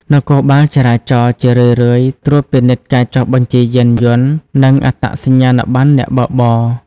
នគរបាលចរាចរណ៍ជារឿយៗត្រួតពិនិត្យការចុះបញ្ជីយានយន្ត និងអត្តសញ្ញាណប័ណ្ណអ្នកបើកបរ។